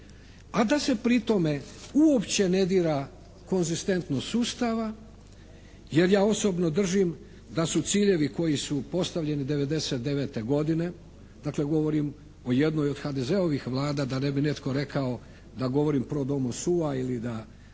a da se pri tom uopće ne dira konzistentnost sustava jer ja osobno držim da su ciljevi koji su postavljeni '99. godine, dakle govorim o jednoj od HDZ-ovih Vlada da ne bi netko rekao da govorim pro domo sua ili da